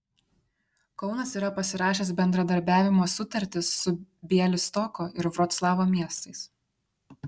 kaunas yra pasirašęs bendradarbiavimo sutartis su bialystoko ir vroclavo miestais